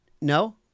No